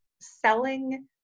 selling